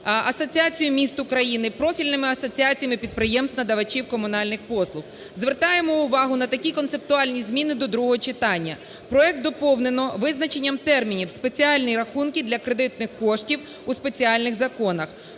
Асоціацією міст України, профільними асоціаціями підприємств-надавачів комунальних послуг. Звертаємо увагу на такі концептуальні зміни до другого читання. Проект доповнено визначенням термінів: спеціальні рахунки для кредитних коштів у спеціальних законах.